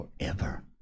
forever